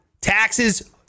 Taxes